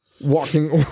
walking